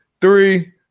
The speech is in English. three